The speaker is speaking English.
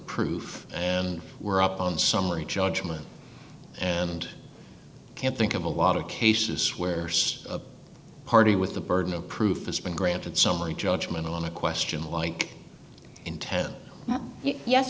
proof and we're up on summary judgment and can't think of a lot of cases where a party with the burden of proof has been granted summary judgment on a question like intent yes